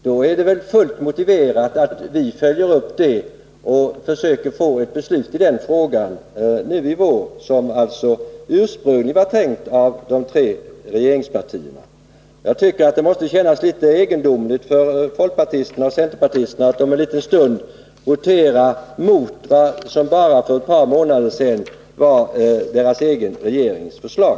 Då är det väl fullt motiverat att vi följer upp det och försöker få ett beslut i den frågan nu i vår. Det måste kännas egendomligt för folkpartister och centerpartister att om en stund votera mot vad som för bara ett par månader sedan var deras egen regerings förslag.